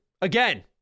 Again